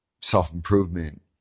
self-improvement